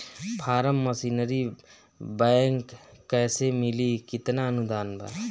Form machinery bank कैसे मिली कितना अनुदान बा?